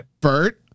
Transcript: Bert